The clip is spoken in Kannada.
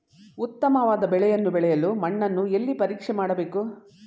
ಉತ್ತಮವಾದ ಬೆಳೆಯನ್ನು ಬೆಳೆಯಲು ಮಣ್ಣನ್ನು ಎಲ್ಲಿ ಪರೀಕ್ಷೆ ಮಾಡಬೇಕು?